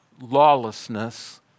lawlessness